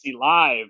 live